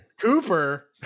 Cooper